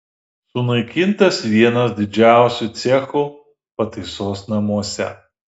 sunaikintas vienas didžiausių cechų pataisos namuose